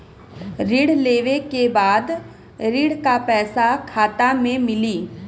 ऋण लेवे के बाद ऋण का पैसा खाता में मिली?